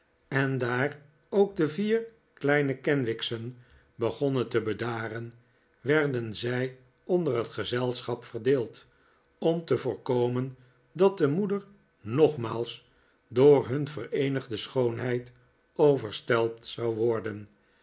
en daar ook de vier kleine kenwigs'en begonnen te bedaren werden zij onder het gezelschap verdeeld om te voorkomen dat de moeder nogmaals door hun vereenigde schoonheid overstelpt zou worden